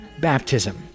baptism